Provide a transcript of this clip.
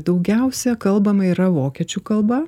daugiausia kalbama yra vokiečių kalba